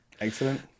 Excellent